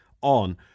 on